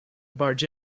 barge